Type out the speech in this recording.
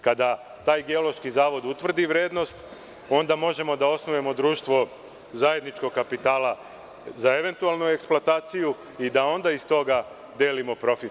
Kada taj Geološki zavod utvrdi vrednost, onda možemo da osnujemo društvo zajedničkog kapitala za eventualnu eksploataciju i da onda iz toga delimo profit.